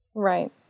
Right